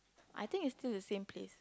I think is still the same place